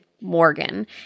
Morgan